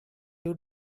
you